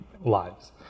lives